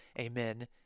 amen